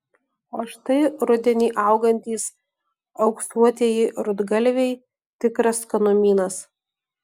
o štai rudenį augantys auksuotieji rudgalviai tikras skanumynas